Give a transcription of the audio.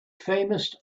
famous